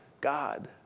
God